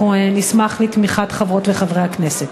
אנחנו נשמח על תמיכת חברות וחברי הכנסת.